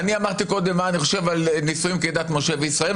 אמרתי קודם מה אני חושב על נישואים כדת משה וישראל,